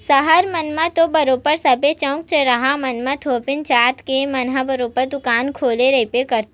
सहर मन म तो बरोबर सबे चउक चउराहा मन म धोबी जात के मन ह बरोबर दुकान खोले रहिबे करथे